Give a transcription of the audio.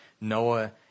Noah